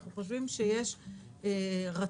אנחנו חושבים שיש רצון,